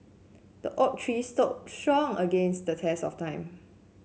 the oak tree stood strong against the test of time